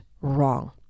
wrong